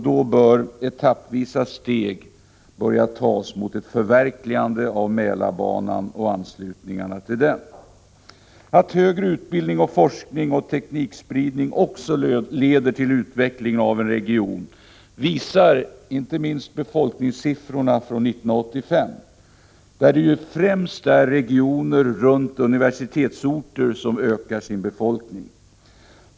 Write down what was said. Då bör etappvisa steg börja tas mot ett förverkligande av Mälarbanan och anslutningarna till den. Att högre utbildning, forskning och teknikspridning också leder till utveckling av en region visar inte minst befolkningssiffrorna från 1985, enligt vilka det främst är regioner runt universitetsorter som ökar sin befolkning.